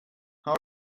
how